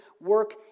work